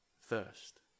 first